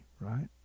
right